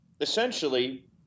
Essentially